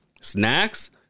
snacks